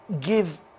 give